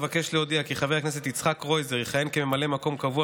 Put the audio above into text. אבקש להודיע כי חבר הכנסת יצחק קרויזר יכהן כממלא מקום קבוע